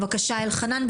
בבקשה, אלחנן.